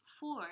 four